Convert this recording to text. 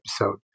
episode